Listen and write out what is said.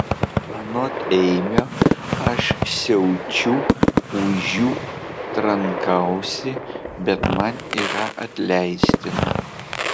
anot eimio aš siaučiu ūžiu trankausi bet man yra atleistina